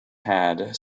had